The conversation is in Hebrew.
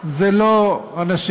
אלה לא אנשים